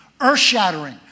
earth-shattering